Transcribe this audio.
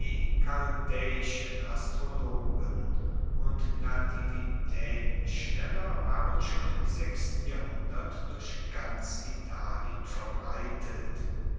astrologen und nativitaetensteller waren schon im sechsten jahrhundert durch ganz italien verbreitet